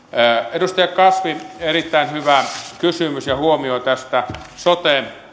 edustaja kasvi erittäin hyvä kysymys ja huomio tästä sote